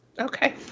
Okay